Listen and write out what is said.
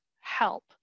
help